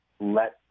let